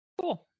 Cool